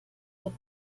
wird